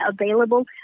available